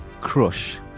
crush